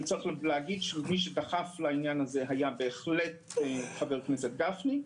אני צריך להגיד שמי שדחף לעניין הזה היה חבר הכנסת משה גפני.